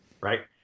Right